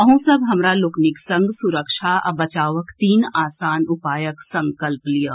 अहूँ सभ हमरा लोकनि संग सुरक्षा आ बचावक तीन आसान उपायक संकल्प लियऽ